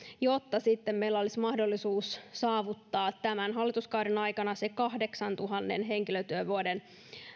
jotta sitten meillä olisi mahdollisuus saavuttaa tämän hallituskauden aikana se kahdeksantuhannen henkilötyövuoden